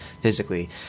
physically